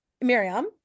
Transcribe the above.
Miriam